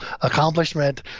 accomplishment